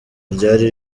ryari